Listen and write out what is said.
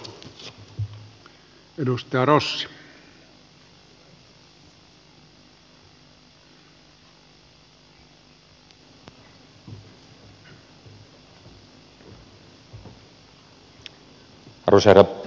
arvoisa herra puhemies